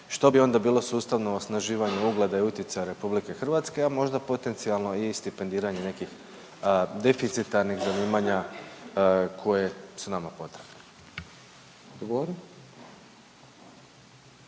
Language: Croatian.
što bi onda bilo sustavno osnaživanje ugleda i utjecaja RH, a možda potencijalno i stipendiranje nekih deficitarnih zanimanja koje su nama potrebne.